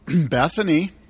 Bethany